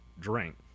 drink